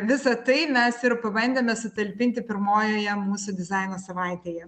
visą tai mes ir pabandėme sutalpinti pirmojoje mūsų dizaino savaitėje